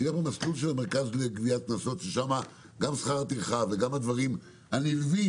שילך במסלול של המרכז לגביית קנסות ששם גם שכר הטרחה וגם הדברים הנלווים